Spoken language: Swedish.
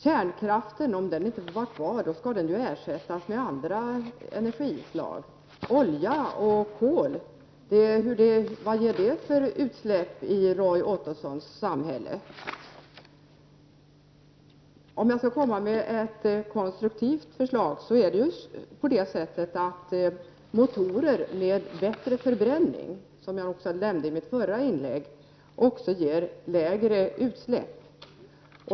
Om inte kärnkraften får vara kvar, skall den ersättas med andra energislag. Vad ger olja och kol för utsläpp i Roy Ottossons samhälle? Ett konstruktivt förslag är att motorer med bättre förbränning också ger lägre utsläpp — som jag nämnde i mitt förra inlägg.